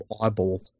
eyeball